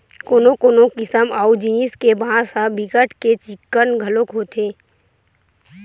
कोनो कोनो किसम अऊ जिनिस के बांस ह बिकट के चिक्कन घलोक होथे